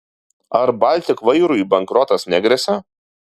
ar baltik vairui bankrotas negresia